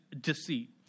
deceit